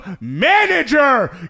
manager